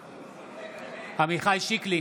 נגד עמיחי שיקלי,